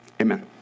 Amen